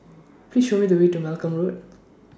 Please Show Me The Way to Malcolm Road